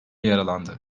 yaralandı